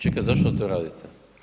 Čekaj zašto to radite?